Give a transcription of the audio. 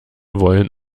wollen